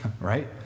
Right